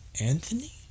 Anthony